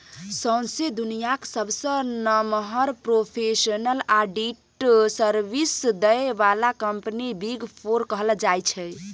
सौंसे दुनियाँक सबसँ नमहर प्रोफेसनल आडिट सर्विस दय बला कंपनी बिग फोर कहल जाइ छै